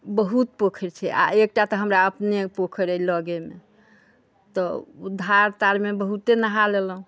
बहुत पोखरि छै आओर एकटा तऽ हमरा अपने पोखरि अइ लगेमे तऽ धार तारमे बहुते नहा लेलहुँ